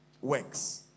works